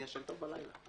אני ישן טוב בלילה.